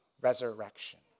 resurrection